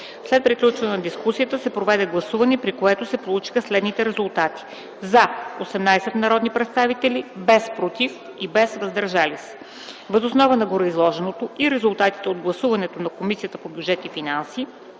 След приключване на дискусията се проведе гласуване, при което се получиха следните резултати: „за” – 18 народни представители, „против” и „въздържали се” няма. Въз основа на гореизложеното и резултатите от гласуването, Комисията по бюджет и финанси